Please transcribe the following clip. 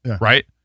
right